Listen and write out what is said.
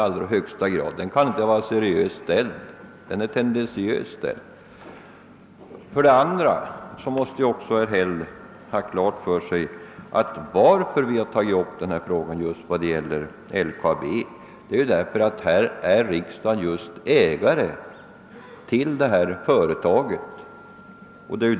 Frågan kan inte vara seriöst ställd — den är tendentiöst ställd. Herr Häll måste ha klart för sig att anledningen till att vi tagit upp frågan om LKAB:s huvudkontor är att riksdagen ju är företrädare för ägarna till detta företag.